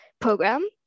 program